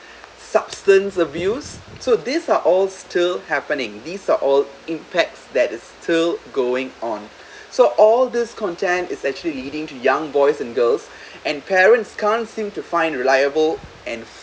substance abuse so these are all still happening these are all impacts that is still going on so all these content is actually leading to young boys and girls and parents can't seem to find reliable and